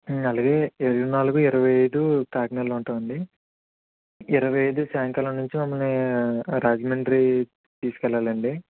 అలాగే ఇరవై నాలుగున ఇరవై ఐదు కాకినాడలో ఉంటాం అండి ఇరవై ఐదు సాయంకాలం నుంచి మమ్మల్ని రాజమండ్రి తీసుకెళ్ళండి